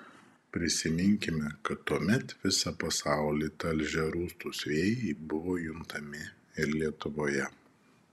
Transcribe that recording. prisiminkime kad tuomet visą pasaulį talžę rūstūs vėjai buvo juntami ir lietuvoje